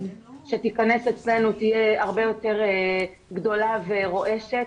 שתכנס אצלנו תהיה הרבה יותר גדולה ורועשת,